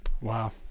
wow